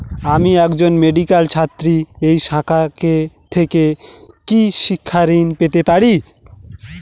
আমি একজন মেডিক্যাল ছাত্রী এই শাখা থেকে কি শিক্ষাঋণ পেতে পারি?